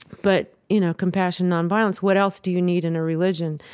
but, you know, compassion, nonviolence, what else do you need in a religion?